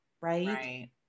right